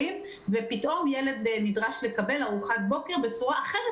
פתאום הילד נדרש לקבל ארוחת בוקר בצורה אחרת